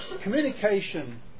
communication